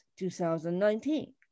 2019